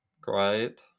great